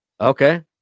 Okay